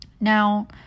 Now